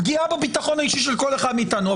פגיעה בביטחון האישי של כל אחד מאיתנו.